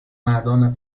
مردان